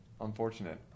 unfortunate